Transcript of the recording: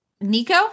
Nico